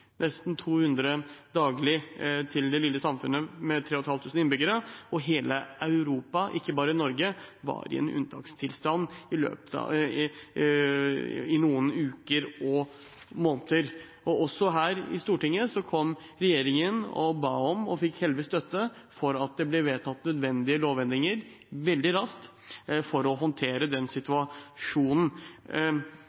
nesten 200 daglig til det lille samfunnet med 3 500 innbyggere. Hele Europa, ikke bare Norge, var i en unntakstilstand i noen uker og måneder. Regjeringen ba Stortinget om, og fikk heldigvis støtte til, at det ble vedtatt nødvendige lovendringer veldig raskt for å håndtere den